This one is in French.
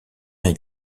est